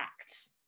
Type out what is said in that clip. Acts